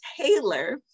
taylor